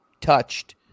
touched